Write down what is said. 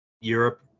Europe